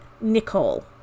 Nicole